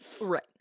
Right